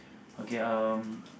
okay um